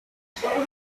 مصاحبه